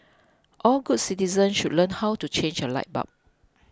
all good citizens should learn how to change a light bulb